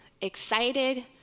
excited